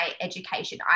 education